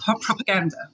propaganda